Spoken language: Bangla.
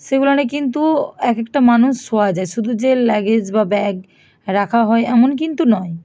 সেগুলানে কিন্তু এক একটা মানুষ শোয়া যায় শুধু যে লাগেজ বা ব্যাগ রাখা হয় এমন কিন্তু নয়